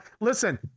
Listen